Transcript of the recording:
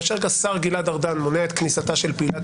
כאשר השר גלעד ארדן מונע את כניסתה של פעילת